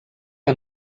que